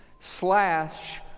slash